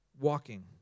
walking